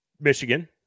Michigan